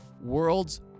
World's